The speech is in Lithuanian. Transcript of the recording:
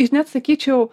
aš net sakyčiau